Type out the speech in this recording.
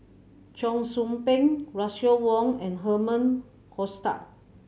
Cheong Soo Pieng Russel Wong and Herman Hochstadt